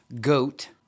Goat